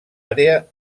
àrea